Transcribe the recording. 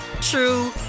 true